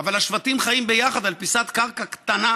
אבל השבטים חיים ביחד על פיסת קרקע קטנה